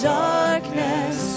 darkness